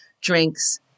drinks